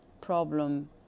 Problem